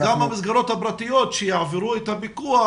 אנחנו --- אז גם המסגרת הפרטיות שיעברו את הפיקוח